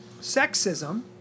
Sexism